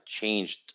changed